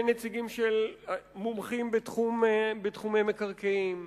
אין נציגים של מומחים בתחומי מקרקעין,